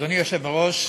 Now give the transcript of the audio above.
אדוני היושב בראש,